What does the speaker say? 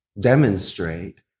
demonstrate